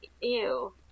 ew